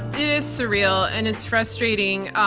it is surreal and it's frustrating.